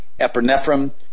epinephrine